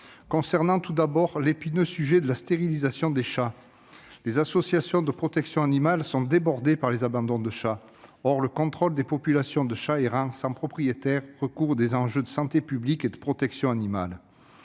commençant par l'épineux problème de la stérilisation des chats. Les associations de protection animale sont débordées par les abandons de chats. Or le contrôle des populations de chats errants sans propriétaire recouvre des enjeux de santé publique et de protection animale.